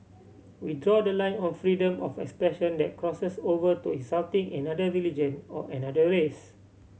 we draw the line on freedom of expression that crosses over to insulting another religion or another race